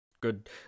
good